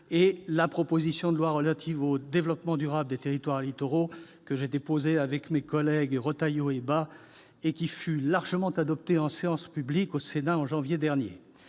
et la proposition de loi relative au développement durable des territoires littoraux, que j'ai déposée avec mes collègues Retailleau et Bas et qui fut largement adoptée par le Sénat en séance publique en janvier dernier.